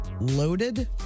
Loaded